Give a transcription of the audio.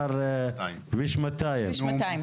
מה זה כביש 200?